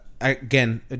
again